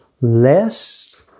lest